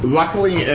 luckily